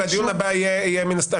והדיון הבא יהיה מן הסתם,